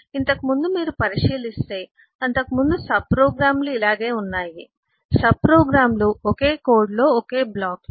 ఇంతకు ముందు మీరు పరిశీలిస్తే అంతకుముందు సబ్ప్రోగ్రామ్లు ఇలాగే ఉన్నాయి సబ్ప్రోగ్రామ్లు ఒకే కోడ్లో ఒకే బ్లాక్లు